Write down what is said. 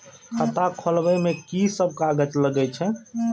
खाता खोलब में की सब कागज लगे छै?